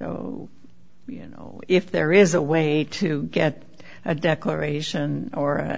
you know if there is a way to get a declaration or a